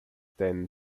ten